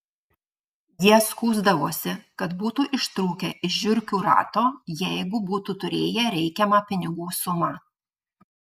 jie skųsdavosi kad būtų ištrūkę iš žiurkių rato jeigu būtų turėję reikiamą pinigų sumą